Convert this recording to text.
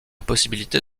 possibilité